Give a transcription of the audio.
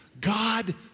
God